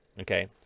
Okay